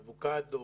אבוקדו,